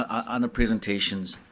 on the presentations,